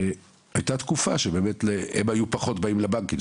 והייתה תקופה שאלו הם פחות באים לבנקים,